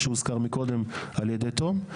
שהוזכר מקודם על ידי תום.